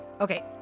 Okay